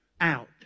out